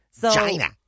China